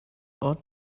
ought